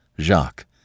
Jacques